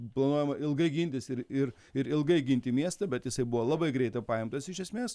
planuojama ilgai gintis ir ir ir ilgai ginti miestą bet jisai buvo labai greitai paimtas iš esmės